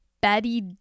Betty